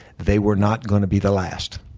they were not going to be the last.